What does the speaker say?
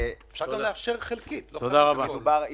אפשר גם לאפשר חלקית, לא חייבים הכל.